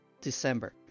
December